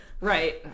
Right